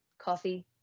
coffee